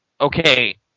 okay